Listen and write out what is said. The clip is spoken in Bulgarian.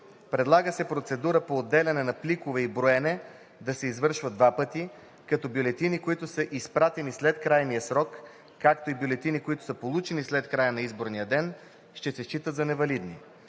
Предлага се процедурата по отделяне на пликове и броене да се извършва два пъти, като бюлетини, които са изпратени след крайния срок, както и бюлетини, които са получени след края на изборния ден, ще се считат за невалидни.